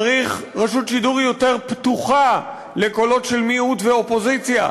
צריך רשות שידור יותר פתוחה לקולות של מיעוט ואופוזיציה,